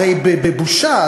הרי בבושה,